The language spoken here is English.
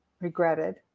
regretted